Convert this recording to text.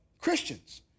Christians